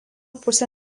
pusė